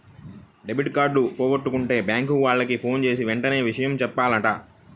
debit card పోగొట్టుకుంటే bank వాళ్లకి ఫోన్జేసి వెంటనే విషయం జెప్పాల